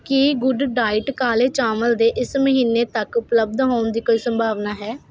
ਕੀ good diet ਕਾਲੇ ਚਾਵਲ ਦੇ ਇਸ ਮਹੀਨੇ ਤੱਕ ਉਪਲੱਬਧ ਹੋਣ ਦੀ ਕੋਈ ਸੰਭਾਵਨਾ ਹੈ